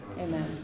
Amen